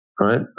right